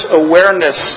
awareness